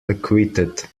acquitted